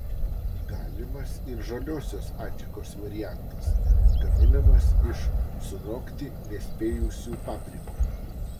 galimas ir žaliosios adžikos variantas gaminamas iš sunokti nespėjusių paprikų